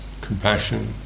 Compassion